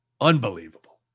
Unbelievable